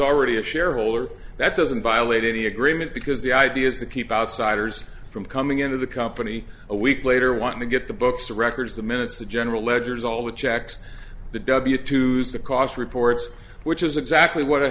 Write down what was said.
already a shareholder that doesn't violate any agreement because the idea is to keep outsiders from coming into the company a week later want to get the books the records the minutes the general ledgers all the checks the w to use the cost reports which is exactly what